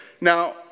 Now